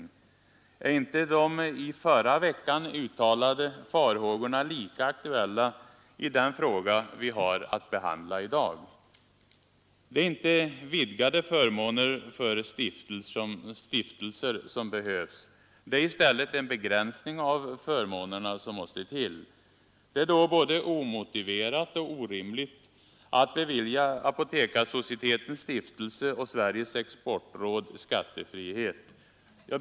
Är inte de i förra veckan uttalade farhågorna lika aktuella i den fråga vi har att behandla i dag? Det är inte vidgade förmåner för stiftelser som behövs. Det är i stället en begränsning av förmånerna som måste till. Det är då både omotiverat och orimligt att bevilja Apotekarsocietetens stiftelse och Sveriges exportråd skattefrihet.